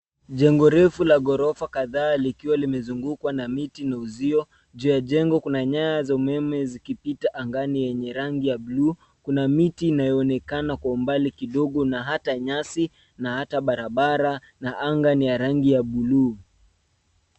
Jengo refu la ghorofa kadhaa likiwa limezungukwa na miti na uzio. Juu ya jengo kuna nyaya za umeme zikipita angani yenye rangi ya bluu. Kuna miti inayoonekana kwa umbali kidogo na hata nyasi na hata barabara na anga ni ya rangi ya bluu.